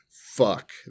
Fuck